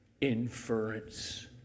inference